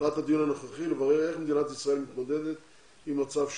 מטרת הדיון הנוכחי לברר איך מדינת ישראל מתמודדת עם הצו שהוצא,